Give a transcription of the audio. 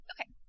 Okay